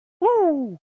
Woo